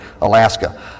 Alaska